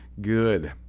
Good